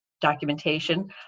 documentation